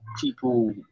people